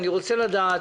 אני רוצה לדעת